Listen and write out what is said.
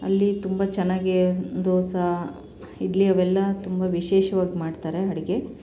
ಅಲ್ಲಿ ತುಂಬ ಚೆನ್ನಾಗೆ ದೋಸೆ ಇಡ್ಲಿ ಅವೆಲ್ಲ ತುಂಬ ವಿಶೇಷ್ವಾಗಿ ಮಾಡ್ತಾರೆ ಅಡಿಗೆ